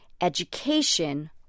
education